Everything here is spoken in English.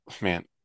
Man